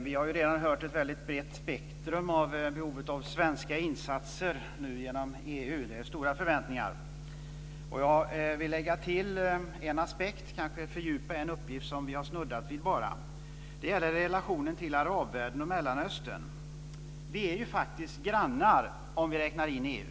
Vi har redan hört om ett väldigt brett spektrum när det gäller behovet av svenska insatser genom EU. Det är stora förväntningar. Jag vill lägga till en aspekt, kanske fördjupa en uppgift som vi bara har snuddat vid. Det gäller relationen till arabvärlden och Mellanöstern. Vi är ju faktiskt grannar om vi räknar med EU.